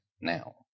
now